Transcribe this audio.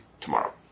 tomorrow